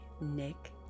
Nick